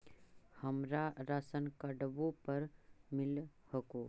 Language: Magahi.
हमरा राशनकार्डवो पर मिल हको?